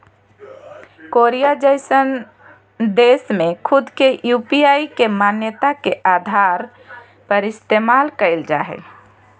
Korea जइसन देश में खुद के यू.पी.आई के मान्यता के आधार पर इस्तेमाल कईल जा हइ